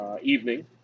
evening